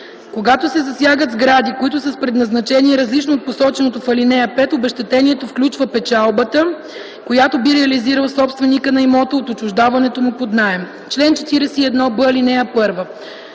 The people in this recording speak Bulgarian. Когато се засягат сгради, които са с предназначение, различно от посоченото в ал. 5, обезщетението включва печалбата, която би реализирал собственикът на имота от отдаването му под наем. Чл. 41б. (1)